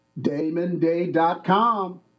Damonday.com